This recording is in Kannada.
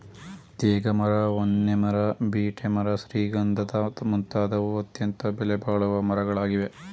ತೇಗ ಮರ, ಹೊನ್ನೆ ಮರ, ಬೀಟೆ ಮರ ಶ್ರೀಗಂಧದ ಮುಂತಾದವು ಅತ್ಯಂತ ಬೆಲೆಬಾಳುವ ಮರಗಳಾಗಿವೆ